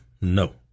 no